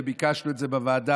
וביקשנו את זה בוועדה,